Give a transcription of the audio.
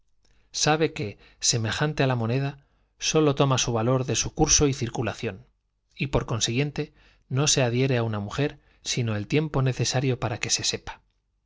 sabe que semejante á la mone contra sus antecesores girara da sólo toma su valor de su curso y circulación sólo una observación general haremos antes y por consiguiente no se adhiere á una mujer de concluir nuestra artículo acerca de lo que se sino el tiempo necesario para que se sepa